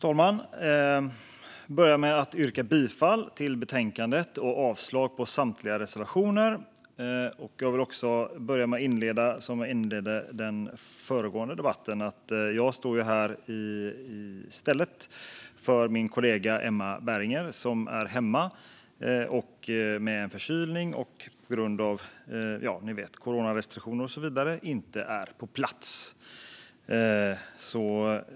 Fru talman! Jag yrkar bifall till utskottets förslag och avslag på samtliga reservationer. Jag inleder som jag inledde föregående debatt: Jag står här i stället för min kollega Emma Berginger som är förkyld och på grund av coronarestriktioner därför inte är på plats.